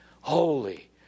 holy